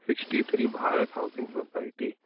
sixty three Bharat housing society